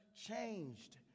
Changed